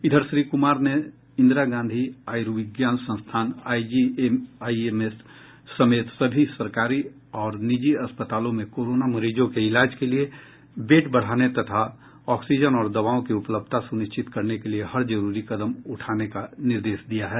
इधर श्री कुमार ने इंदिरा गांधी आयुर्विज्ञान संस्थान आईजीएमएस समेत सभी सरकारी और निजी अस्पतालों में कोरोना मरीजों के इलाज के लिए बेड बढ़ाने तथा ऑक्सीजन और दवाओं की उपलब्धता सुनिश्चित करने के लिए हर जरूरी कदम उठाने का निर्देश दिया है